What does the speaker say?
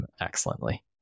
excellently